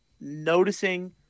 noticing